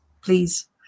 Please